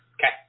Okay